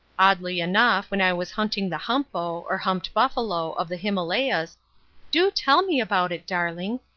oddly enough when i was hunting the humpo, or humped buffalo, of the himalayas do tell me about it, darling,